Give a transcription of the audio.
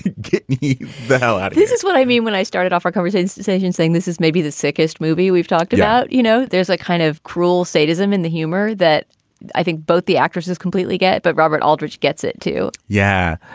get the hell out this is what i mean. when i started off our covers, his decision saying this is maybe the sickest movie we've talked about. you know, there's a kind of cruel sadism in the humor that i think both the actresses completely get. but robert aldridge gets it, too yeah.